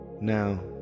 now